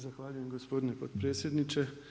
Zahvaljujem gospodine potpredsjedniče.